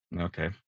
Okay